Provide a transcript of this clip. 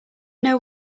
know